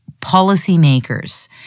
policymakers